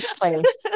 place